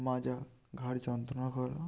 মাজা ঘাড় যন্ত্রণা করা